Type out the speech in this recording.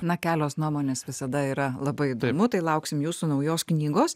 na kelios nuomonės visada yra labai įdomu tai lauksim jūsų naujos knygos